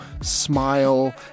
smile